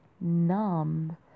numb